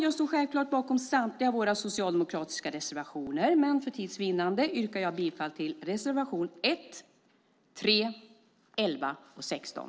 Jag står självklart bakom samtliga våra socialdemokratiska reservationer, men för tids vinnande yrkar jag bifall till reservationerna 1, 3, 11 och 16.